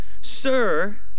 sir—